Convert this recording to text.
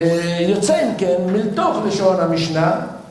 יוצא, אם כן, לתוך לשון המשנה